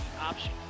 option